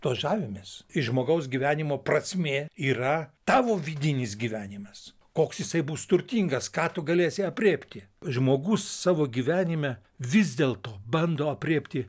tuo žavimės ir žmogaus gyvenimo prasmė yra tavo vidinis gyvenimas koks jisai bus turtingas ką tu galėsi aprėpti žmogus savo gyvenime vis dėlto bando aprėpti